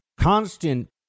constant